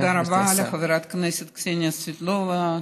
תודה רבה לחברת הכנסת קסניה סבטלובה.